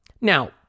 Now